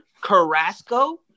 Carrasco